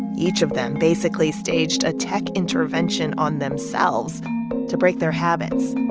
each of them basically staged a tech intervention on themselves to break their habits.